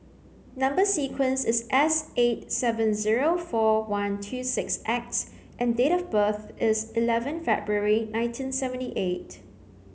number sequence is S eight seven zero four one two six X and date of birth is eleven February nineteen seventy eight